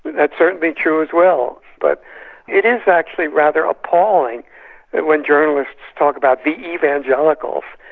that's certainly true as well, but it is actually rather appalling that when journalists talk about the evangelicals,